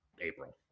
April